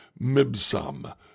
Mibsam